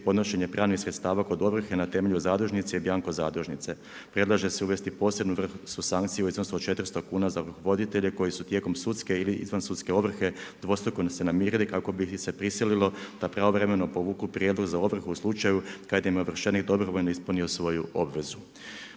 podnošenje pravnih sredstava kod ovrhe na temelju zadužnice i bianco zadužnice. Predlaže se uvesti posebnu sankciju u iznosu od 400 kuna za voditelje koji su tijekom sudske ili izvan sudske ovrhe dvostruko se namirili kako bi ih se prisililo da pravovremeno povuku prijedlog za ovrhu u slučaju kada im je ovršenih dobrovoljno ispunio svoju obvezu.